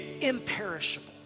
Imperishable